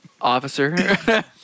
Officer